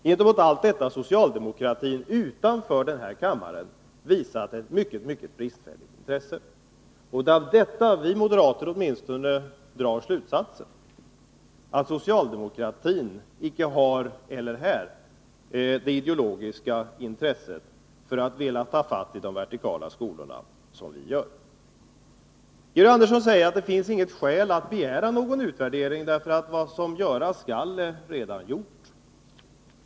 Gentemot allt detta har socialdemokratin utanför denna kammare visat ett mycket bristfälligt intresse. Det är av detta åtminstone vi moderater drar slutsatsen att socialdemokratin icke heller här har det ideologiska intresset för att ta fatt i de vertikala skolornas idé på de sätt vi moderater vill. Georg Andersson säger att det inte finns något skäl att begära någon utvärdering därför att Vad göras skall är redan gjort.